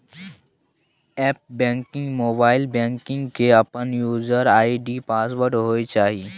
app banking, mobile banking के अपन user ID password होय चाहिए